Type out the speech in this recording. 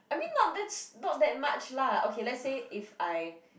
I mean not that's not that much lah okay lets say if I